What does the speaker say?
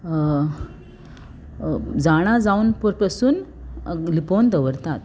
जाणा जावन पोरपसून लिपोवन दवरतात